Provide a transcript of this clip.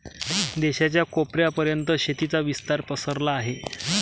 देशाच्या कोपऱ्या पर्यंत शेतीचा विस्तार पसरला आहे